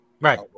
Right